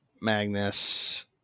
Magnus